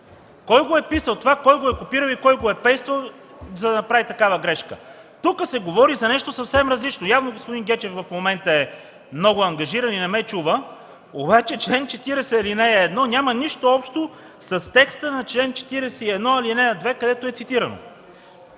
Кой го е писал това, кой го е копирал, кой го е пействал, за да направи такава грешка? Тук се говори за нещо съвсем различно. Явно господин Гечев в момента е много ангажиран и не ме чува, обаче чл. 40, ал. 1 няма нищо общо с текста на чл. 41, ал. 2, където е цитирано.